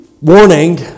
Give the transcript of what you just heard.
warning